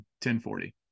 1040